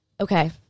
okay